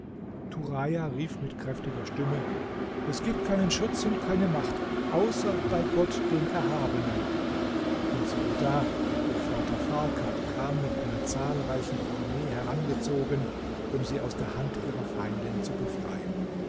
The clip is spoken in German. rief mit kräftiger stimme es gibt keinen schutz und keine macht außer bei gott dem erhabenen und siehe da ihr vater farkad kam mit einer zahlreichen armee herangezogen um sie aus der hand ihrer feindin zu befreien